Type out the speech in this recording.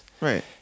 Right